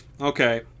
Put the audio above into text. Okay